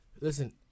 Listen